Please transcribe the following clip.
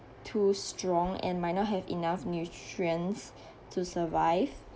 too strong and might not have enough nutrients to survive